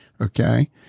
okay